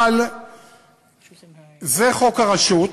אבל זה חוק הרשות,